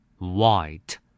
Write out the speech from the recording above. White